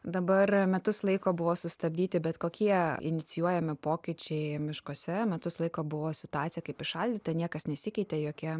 dabar metus laiko buvo sustabdyti bet kokie inicijuojami pokyčiai miškuose metus laiko buvo situacija kaip įšaldyta niekas nesikeitė jokie